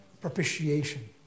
Propitiation